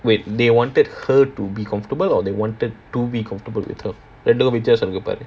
wait they wanted her to be comfortable or they wanted to be comfortable with her ரெண்டுக்கும் வித்தியாசம் இருக்கு பாரு:rendukum withiyaasam irukku paaru